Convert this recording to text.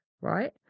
right